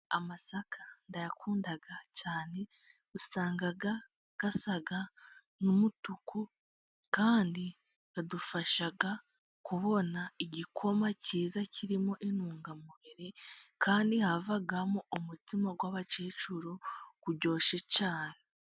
Amasaka ndayakunda cyane, usangaga asa n'umutuku, kandi adufasha kubona igikoma cyiza kirimo intungamubiri, kandi havamo umutsima w'abakecuru uryoshye cyane.